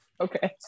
okay